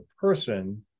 person